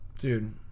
dude